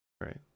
right